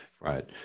Right